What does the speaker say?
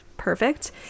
perfect